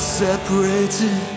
separated